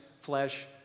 flesh